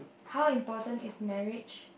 how important is marriage